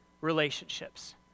relationships